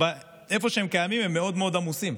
הם מאוד עמוסים.